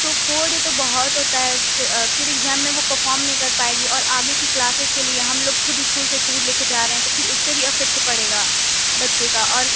تو four day تو بہت ہوتا ہے پھر پھر ایگزام میں وہ پرفام نہیں کر پائے گی اور آگے کی کلاسز کے لیے ہم لوگ خود اسکول سے ٹور لے کے جا رہے ہیں تو پھر اُس پہ بھی افیکٹ پڑے گا بچے کا اور